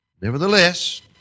Nevertheless